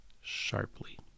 sharply